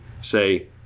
Say